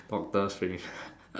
doctor strange